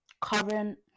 current